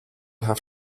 have